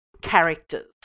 characters